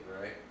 right